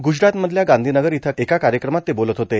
ग्रजरात मधल्या गांधीनगर इथं एका कार्यक्रमात ते बोलत होते